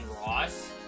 Ross